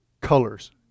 colors